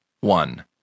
One